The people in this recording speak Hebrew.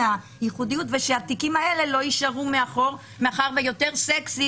הייחודיות ושהתיקים האלה לא יישארו מאחור מאחר שיותר סקסי